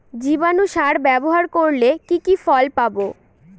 জীবাণু সার ব্যাবহার করলে কি কি ফল পাবো?